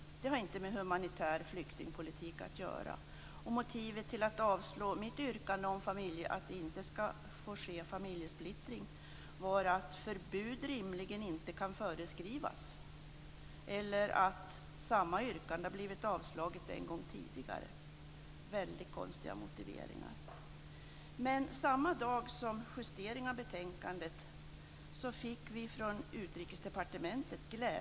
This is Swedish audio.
Det har inte med humanitär flyktingpolitik att göra. Motiveringen till avstyrkandet av mitt yrkande om att familjesplittring inte skall få ske är att förbud rimligen inte kan föreskrivas eller att samma yrkande har blivit avslaget en gång tidigare. Det är väldigt konstiga motiveringar. Samma dag som betänkandet skulle justeras fick vi glädjebesked från Utrikesdepartementet.